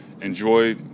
enjoy